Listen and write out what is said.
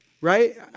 right